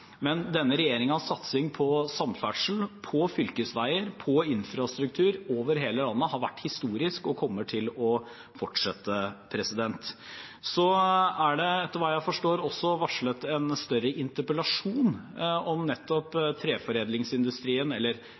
Men denne regjeringens satsing på samferdsel, fylkesveier og infrastruktur over hele landet har vært historisk og kommer til å fortsette. Etter hva jeg forstår, er det også varslet en større interpellasjon om nettopp treforedlingsindustrien, eller